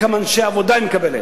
וכמה אנשי עבודה היא מקבלת.